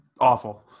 awful